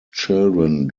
children